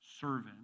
servant